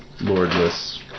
lordless